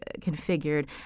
configured